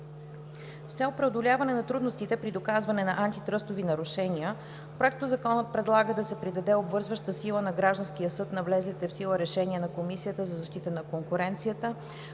С цел преодоляване на трудностите при доказване на антитръстови нарушения Законопроектът предлага да се придаде обвързваща сила за гражданския съд на влезлите в сила решения на Комисията за защита на конкуренцията